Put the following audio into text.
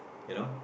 you know